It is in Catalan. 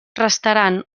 restaran